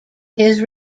his